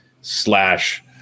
slash